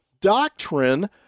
doctrine